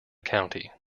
county